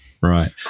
Right